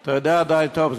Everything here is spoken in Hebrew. אתה יודע די טוב.